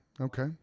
Okay